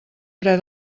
fre